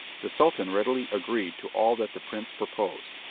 the sultan readily agreed to all that the prince proposed,